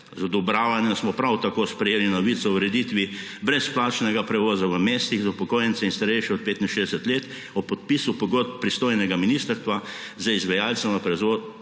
Z odobravanjem smo prav tako sprejeli novico o ureditvi brezplačnega prevoza v mestih za upokojence in starejše od 65 let ob podpisu pogodb pristojnega ministrstva z izvajalcem prevozov